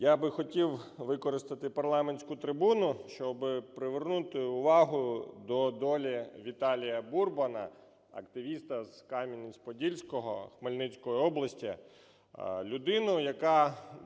Я би хотів використати парламентську трибуну, щоби привернути увагу до долі Віталія Бурбана, активіста з Кам'янець-Подільського Хмельницької області. Людина, яка